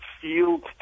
field